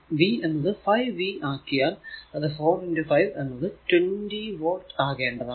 ഇനി നാം V എന്നത് 5 V ആക്കിയാൽ അത് 4 5 എന്നത് 20 വോൾട് ആകേണ്ടതാണ്